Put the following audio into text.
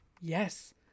Yes